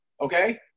Okay